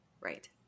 Right